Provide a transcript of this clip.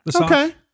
Okay